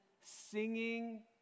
singing